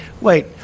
Wait